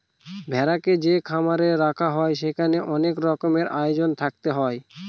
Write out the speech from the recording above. ভেড়াকে যে খামারে রাখা হয় সেখানে অনেক রকমের আয়োজন থাকতে হয়